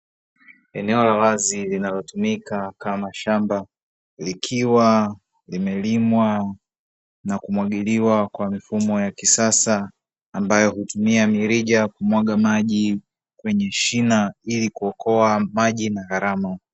Eneo lawazi linalo tumika kama shamba likiwa limelimwa na kumwagiliwa kwa mifumo wa kisasa ambayo hutumia mirija kumwaga maji kenye shina ili kuokoa maji na gharama.